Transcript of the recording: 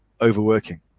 overworking